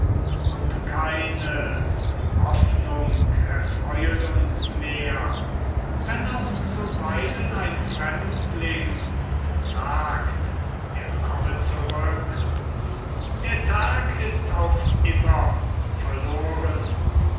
und keine hoffnung erfreuet uns mehr wenn auch zuweilen ein fremdling sagt er komme zurück der tag ist auf immer verloren